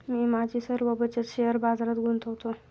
मी माझी सर्व बचत शेअर बाजारात गुंतवतो